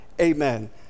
Amen